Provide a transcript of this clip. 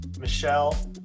Michelle